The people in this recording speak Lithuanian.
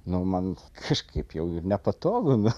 nu man kažkaip jau nepatogu nu